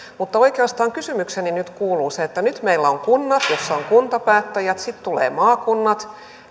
mutta oikeastaan kysymykseni nyt kuuluu nyt meillä on kunnat joissa on kuntapäättäjät sitten tulevat maakunnat